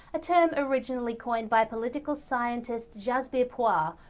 a term originally coined by political scientist jasbir puar.